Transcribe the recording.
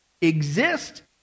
exist